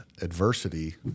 adversity